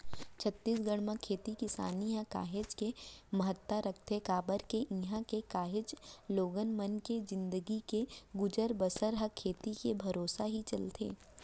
छत्तीसगढ़ म खेती किसानी ह काहेच के महत्ता रखथे काबर के इहां के काहेच लोगन मन के जिनगी के गुजर बसर ह खेती के भरोसा ही चलथे